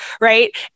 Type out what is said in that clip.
Right